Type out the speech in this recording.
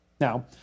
Now